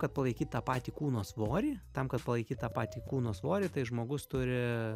kad palaikyt tą patį kūno svorį tam kad palaikyt tą patį kūno svorį tai žmogus turi